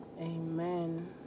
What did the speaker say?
Amen